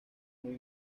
muy